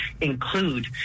include